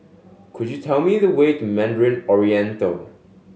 could you tell me the way to Mandarin Oriental